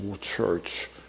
church